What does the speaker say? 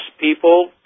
people